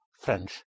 French